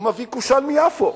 הוא מביא קושאן מיפו.